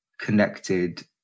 connected